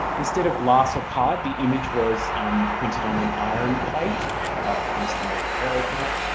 instead of glass or card the image was printed on an iron plate hence the name ferrotype.